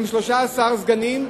13 סגנים,